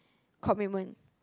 commitment